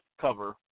cover